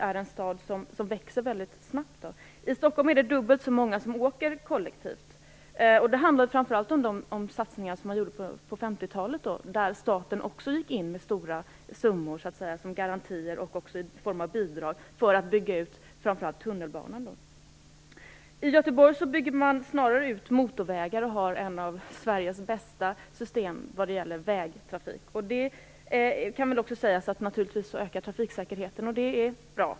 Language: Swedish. Göteborg är en stad som växer väldigt snabbt. I Stockholm är det dubbelt så många som åker kollektivt. Det handlar framför allt om de satsningar som gjordes på 50-talet där staten också gick in med stora summor som garantier och i form av bidrag för att bygga ut främst tunnelbanan. I Göteborg bygger man snarare ut motorvägar och har ett av Sveriges bästa system vad gäller vägtrafik. Det kan naturligtvis sägas öka trafiksäkerheten, och det är bra.